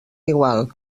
igual